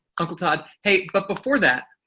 uncle todd. hey, but before that.